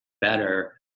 better